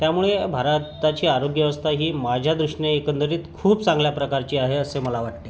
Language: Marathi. त्यामुळे भारताची आरोग्यव्यवस्था ही माझ्या दृष्टीने एकंदरीत खूप चांगल्या प्रकारची आहे असे मला वाटते